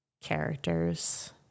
characters